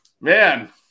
Man